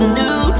new